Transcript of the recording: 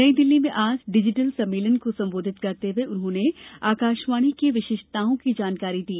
नई दिल्ली में आज डिजिटल सम्मेलन को संबोधित करते हुए उन्होंने आकाशवाणी की विशिष्टताओं की जानकारी दी